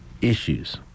issues